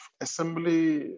assembly